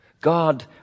God